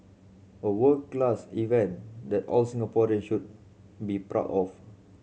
a world class event that all Singaporean should be proud of